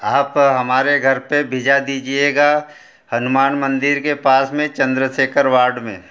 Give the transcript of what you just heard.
आप हमारे घर पे भिजवा दीजिएगा हनुमान मंदिर के पास में चंद्रशेखर वार्ड में